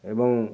ଏବଂ